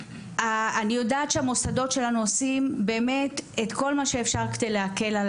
אני יודעת שהמוסדות שלנו עושים באמת את כל מה שאפשר כדי להקל על